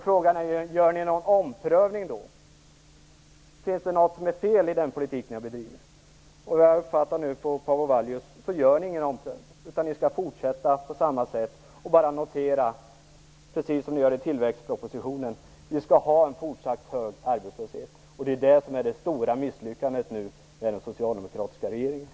Frågan är då: Gör ni någon omprövning? Finns det något som är fel i den politik som ni har bedrivit? Såvitt jag förstått av Paavo Vallius så gör ni ingen omprövning, utan ni skall fortsätta på samma sätt och bara noterar, precis som ni gör i tillväxtpropositionen, att vi skall ha en fortsatt hög arbetslöshet. Det är det som nu är det stora misslyckandet för den socialdemokratiska regeringen.